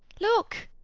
look.